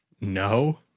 No